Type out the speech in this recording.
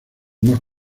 más